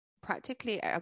Practically